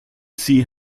see